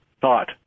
thought